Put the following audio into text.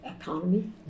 economy